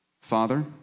Father